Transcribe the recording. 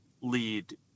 lead